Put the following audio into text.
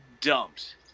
dumped